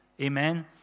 Amen